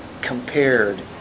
compared